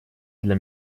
для